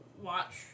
watch